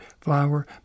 flower